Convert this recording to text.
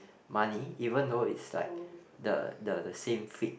money even though it's like the the same fit